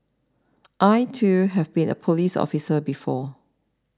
I too have been a police officer before